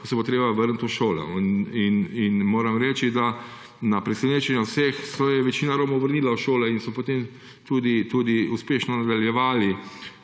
ko se bo treba vrniti v šolo. Moram reči, da se je na presenečenje vseh večina Romov vrnila v šolo in so potem tudi uspešno nadaljevali